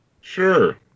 Sure